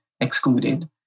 excluded